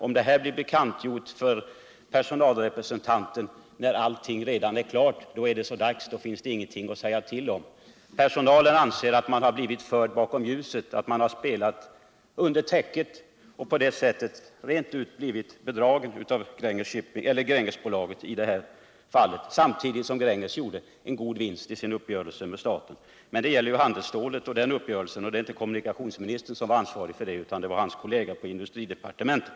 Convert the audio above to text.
Om det här blev bekantgjort för personalrepresentanten när allting redan var klart. var det så dags. Då fanns det ingenting att säga till om. Personalen anser att den blivit förd bakom ljuset, att man har spelat under täcket och att personalen på det sättet rent ut sagt blivit bedragen av Grängesbolaget i detta fall, samtidigt som Gränges gjorde en god vinst på sin uppgörelse med staten. Men den uppgörelsen gällde ju handelsstålet. Det är inte kommunikationsministern som är ansvarig för den. utan det är hans kollega i industridepartementet.